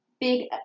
big